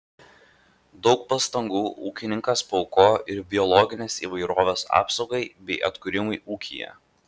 daug pastangų ūkininkas paaukojo ir biologinės įvairovės apsaugai bei atkūrimui ūkyje